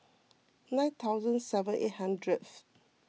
nine thousand seven eight hundreds